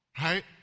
right